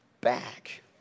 back